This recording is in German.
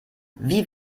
wie